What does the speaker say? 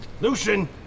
Lucian